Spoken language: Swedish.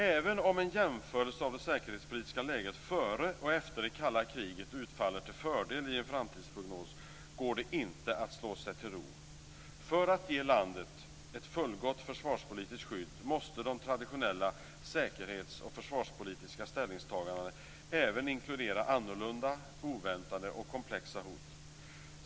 Även om en jämförelse av det säkerhetspolitiska läget före och efter det kalla kriget utfaller till fördel i en framtidsprognos går det inte att slå sig till ro. För att ge landet ett fullgott försvarspolitiskt skydd måste de traditionella säkerhets och försvarspolitiska ställningstagandena även inkludera annorlunda, oväntade och komplexa hot.